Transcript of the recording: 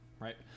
Right